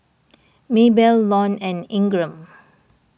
Maybell Lon and Ingram